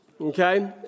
Okay